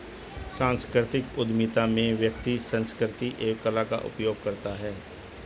सांस्कृतिक उधमिता में व्यक्ति संस्कृति एवं कला का उपयोग करता है